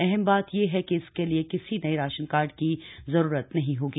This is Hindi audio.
अहम बात ये है कि इसके लिए किसी नए राशन कार्ड की जरूरत नहीं होगी